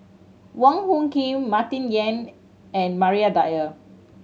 Wong Hung Khim Martin Yan and Maria Dyer